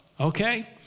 Okay